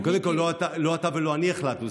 זה קודם כול לא אתה ולא אני החלטנו,